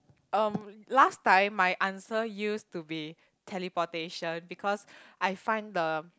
um last time my answer used to be teleportation because I find the